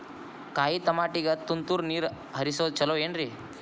ಕಾಯಿತಮಾಟಿಗ ತುಂತುರ್ ನೇರ್ ಹರಿಸೋದು ಛಲೋ ಏನ್ರಿ?